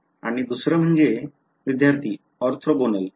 आणि दुसरं म्हणजे विद्यार्थीः ऑर्थोगोनल